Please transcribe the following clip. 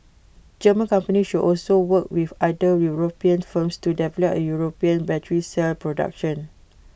German companies should also work with other european firms to develop A european battery cell production